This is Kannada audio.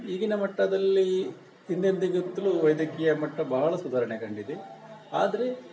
ಈಗಿನ ಮಟ್ಟದಲ್ಲಿ ಹಿಂದೆಂದಿಗಿಂತಲೂ ವೈದ್ಯಕೀಯ ಮಟ್ಟ ಬಹಳ ಸುಧಾರಣೆ ಕಂಡಿದೆ ಆದರೆ